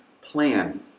plan